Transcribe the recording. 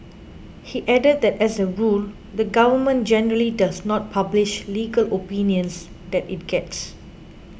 he added that as a rule the Government generally does not publish legal opinions that it gets